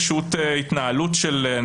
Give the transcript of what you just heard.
כמובן חוטא לכוונתו המקורית של המחוקק.